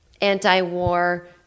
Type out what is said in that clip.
anti-war